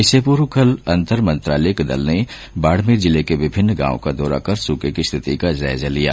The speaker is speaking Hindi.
इससे पूर्व कल अंतर मंत्रालयिक दल ने बाडमेर जिले के विभिन्न गांवों का दौरा कर सूखे की स्थिति का जायजा लिया